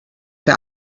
der